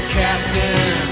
captain